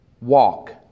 walk